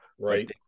right